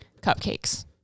cupcakes